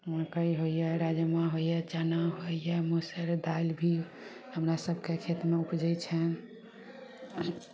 मकइ होइए राजमा होइए चना होइए मुसहरि दाइल भी हमरा सभके खेतमे उपजय छनि